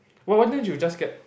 why why don't you just get